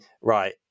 right